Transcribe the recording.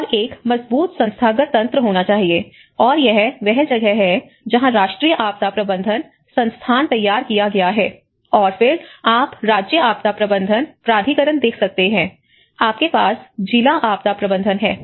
और एक मजबूत संस्थागत तंत्र होना चाहिए और यह वह जगह है जहाँ राष्ट्रीय आपदा प्रबंधन संस्थान तैयार किया गया है और फिर आप राज्य आपदा प्रबंधन प्राधिकरण देख सकते हैं आपके पास जिला आपदा प्रबंधन है